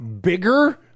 bigger